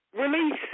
Release